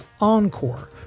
Encore